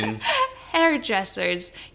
Hairdressers